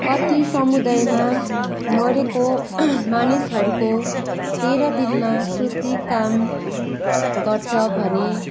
कति समुदायमा मरेको मानिसहरूको तेह्र दिनमा शुद्धि काम गर्छ भने